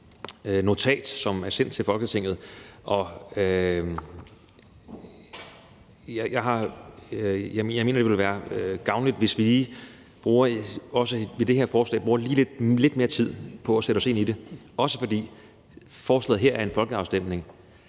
notat, som er sendt til Folketinget. Jeg mener, det vil være gavnligt, hvis vi også ved det her forslag lige bruger lidt mere tid på at sætte os ind i det, også fordi forslaget her er om en folkeafstemning,